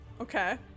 Okay